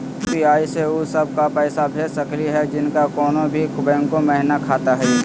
UPI स उ सब क पैसा भेज सकली हई जिनका कोनो भी बैंको महिना खाता हई?